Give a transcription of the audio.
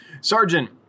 Sergeant